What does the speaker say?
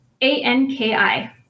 A-N-K-I